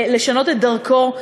לשנות את דרכו,